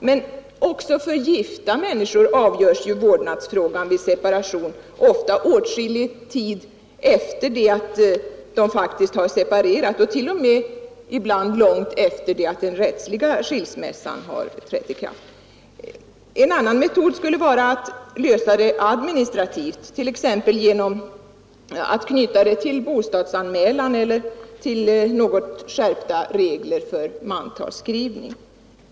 Men även för gifta människor avgörs vårdnadsfrågan vid separation ofta åtskillig tid efter det att de faktiskt har separerat — ibland t.o.m. långt efter det att den rättsliga skilsmässan har trätt i kraft. En annan metod skulle vara att lösa frågan administrativt, t.ex. genom att knyta vårdnaden till bostadsanmälan eller till något skärpta regler för mantalsskrivning.